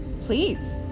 Please